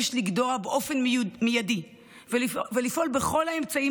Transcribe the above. יש לגדוע באופן מיידי ולפעול בכל האמצעים